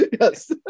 Yes